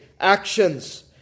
actions